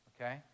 okay